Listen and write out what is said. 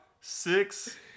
six